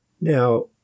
now